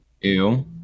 Ew